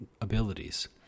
abilities